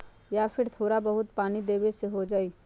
या फिर थोड़ा बहुत पानी देबे से हो जाइ?